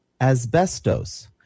asbestos